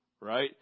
Right